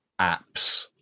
apps